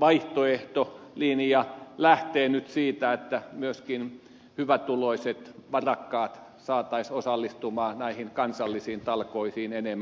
vaihtoehtolinjamme lähtee nyt siitä että myöskin hyvätuloiset varakkaat saataisiin osallistumaan näihin kansallisiin talkoisiin enemmän